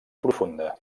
profunda